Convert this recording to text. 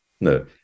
no